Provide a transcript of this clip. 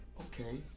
okay